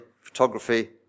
photography